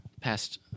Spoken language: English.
past